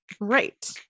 Right